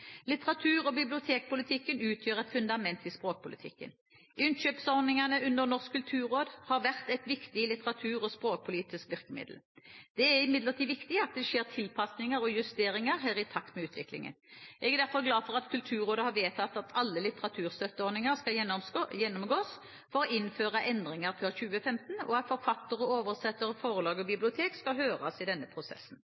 Litteratur- og bibliotekpolitikken utgjør et fundament i språkpolitikken. Innkjøpsordningene under Norsk kulturråd har vært et viktig litteratur- og språkpolitisk virkemiddel. Det er imidlertid viktig at det skjer tilpasninger og justeringer i takt med utviklingen. Jeg er derfor glad for at Kulturrådet har vedtatt at alle litteraturstøtteordningene skal gjennomgås for å innføre endringer før 2015, og at forfattere, oversettere, forlag og